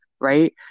right